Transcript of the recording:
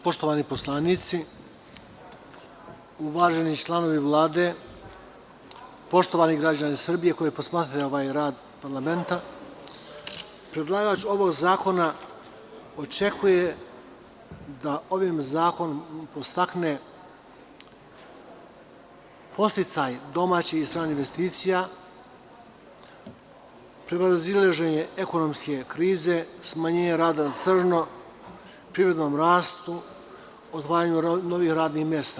Poštovani poslanici, uvaženi članovi Vlade, poštovani građani Srbije koji posmatrate rad ovog parlamenta, predlagač ovog zakona očekuje da ovim zakonom podstakne podsticaj domaćih i stranih investicija, prevazilaženje ekonomske krize, smanjenje rada na crno, privredni rast, otvaranje novih radnih mesta.